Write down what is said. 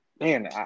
Man